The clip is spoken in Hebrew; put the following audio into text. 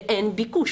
ואין ביקוש.